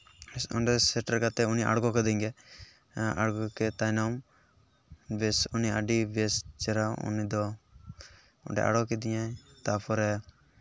ᱚᱸᱰᱮ ᱥᱮᱴᱮᱨ ᱠᱟᱛᱮᱜ ᱩᱱᱤ ᱟᱬᱜᱚ ᱠᱤᱫᱤᱧ ᱜᱮ ᱟᱬᱜᱚ ᱠᱮᱫ ᱛᱟᱭᱱᱚᱢ ᱵᱮᱥ ᱩᱱᱤ ᱟᱹᱰᱤ ᱵᱮᱥ ᱪᱮᱦᱨᱟ ᱩᱱᱤ ᱫᱚ ᱚᱸᱰᱮ ᱟᱬᱜᱚ ᱠᱤᱫᱤᱧᱟᱭ ᱛᱟᱨᱯᱚᱨᱮ